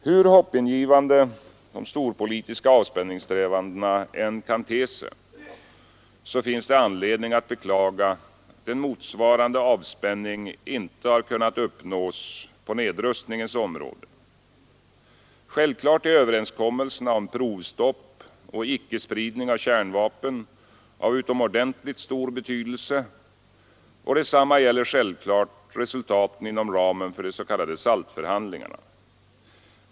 Hur hoppingivande de storpolitiska avspänningssträvandena än kan te sig finns det anledning att beklaga att en motsvarande avspänning inte kunnat uppnås på nedrustningens område. Självklart är överenskommelserna om provstopp och icke-spridning av kärnvapen av utomordentligt stor betydelse, och detsamma gäller lika självklart resultaten inom ramen för de s.k. SALT-förhandlingarna.